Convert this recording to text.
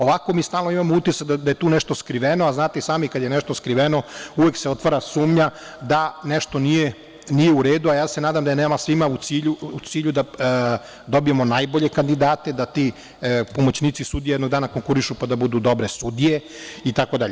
Ovako mi stalno imamo utisak da je tu nešto skriveno, a znate i sami da kada je nešto skriveno uvek se otvara sumnja da nešto nije u redu, a ja se nadam da je nama svima u cilju da dobijemo najbolje kandidate, da ti pomoćnici sudija jednog dana konkurišu pa da budu dobre sudije itd.